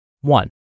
One